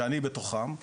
שאני בתוכם,